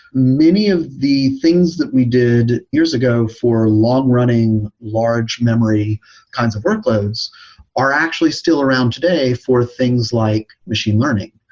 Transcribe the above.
many of the things that we did years ago for long-running large memory kinds of workloads are actually still around today for things like machine learning,